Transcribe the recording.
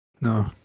no